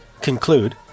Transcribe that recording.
conclude